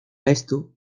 esto